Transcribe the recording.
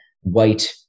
white